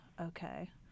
okay